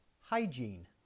hygiene